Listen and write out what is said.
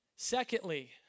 Secondly